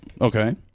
Okay